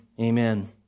Amen